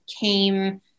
came